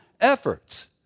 efforts